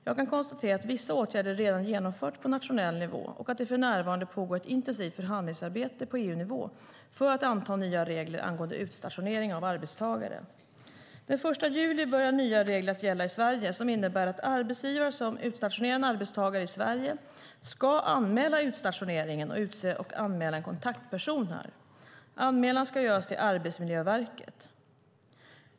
Jag kan konstatera att vissa åtgärder redan genomförts på nationell nivå och att det för närvarande pågår ett intensivt förhandlingsarbete på EU-nivå för att anta nya regler angående utstationering av arbetstagare. Den 1 juli börjar nya regler gälla i Sverige som innebär att arbetsgivare som utstationerar arbetstagare i Sverige ska anmäla utstationeringen och utse och anmäla en kontaktperson här. Anmälan ska göras till Arbetsmiljöverket.